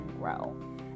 grow